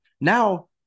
Now